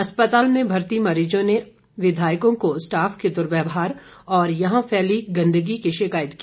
अस्पताल में भर्ती मरीजों ने विधायकों को स्टाफ के दर्व्यवहार और यहां फैली गंदगी की शिकायत की